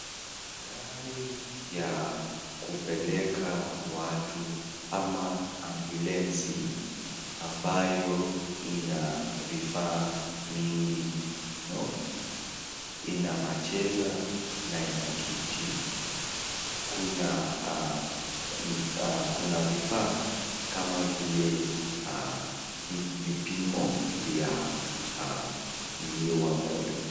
Gari ya kupeleka watu ama ambulensi(cs),ambayo ina vifaa mingi muno, ina machela na ina kiti, kuna vifaa kama vile vipimo vya mulio wa moyo.